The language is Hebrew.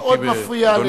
מאוד מפריע.